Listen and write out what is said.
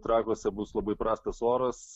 trakuose bus labai prastas oras